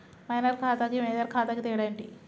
Minor ఖాతా కి major ఖాతా కి తేడా ఏంటి?